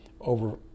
over –